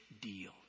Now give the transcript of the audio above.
deal